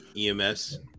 EMS